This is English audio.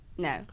No